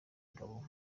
ingabo